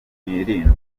n’irindwi